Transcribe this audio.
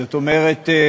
זאת אומרת,